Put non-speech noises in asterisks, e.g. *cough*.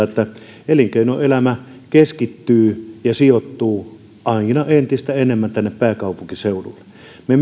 *unintelligible* että elinkeinoelämä keskittyy ja sijoittuu aina entistä enemmän tänne pääkaupunkiseudulle me *unintelligible*